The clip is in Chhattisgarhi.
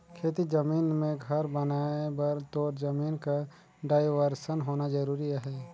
खेती जमीन मे घर बनाए बर तोर जमीन कर डाइवरसन होना जरूरी अहे